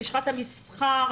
לשכת המסחר,